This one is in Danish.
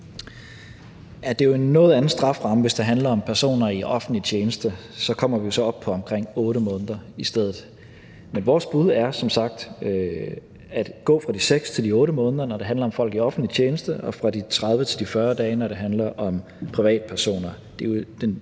Det er jo en noget anden strafferamme, hvis det handler om personer i offentlig tjeneste – så kommer vi op på omkring 8 måneder i stedet. Men vores bud er som sagt at gå fra de 6 til de 8 måneder, når det handler om folk i offentlig tjeneste, og fra de 30 til de 40 dage, når det handler om privatpersoner.